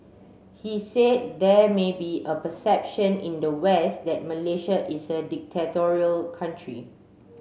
he said there may be a perception in the west that Malaysia is a dictatorial country